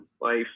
life